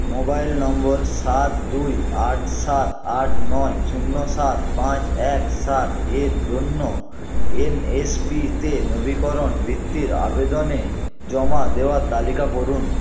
mobile number সাত দুই আট সাত আট নয় শূন্য সাত পাঁচ এক সাত এর জন্য এন এস পিতে নবীকরণ বৃত্তির আবেদনে জমা দেওয়ার তালিকা করুন